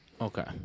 Okay